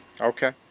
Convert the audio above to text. Okay